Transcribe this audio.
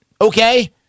Okay